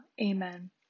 Amen